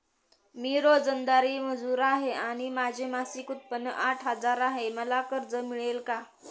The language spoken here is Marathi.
मी रोजंदारी मजूर आहे आणि माझे मासिक उत्त्पन्न आठ हजार आहे, मला कर्ज मिळेल का?